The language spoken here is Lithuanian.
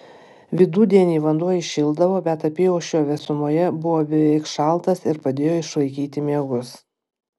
vidudienį vanduo įšildavo bet apyaušrio vėsumoje buvo beveik šaltas ir padėjo išvaikyti miegus